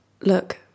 look